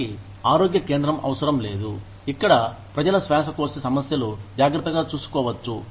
వారికి ఆరోగ్య కేంద్రం అవసరం లేదు ఇక్కడ ప్రజల శ్వాసకోశ సమస్యలు జాగ్రత్తగా చూసుకోవచ్చు